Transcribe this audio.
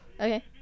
Okay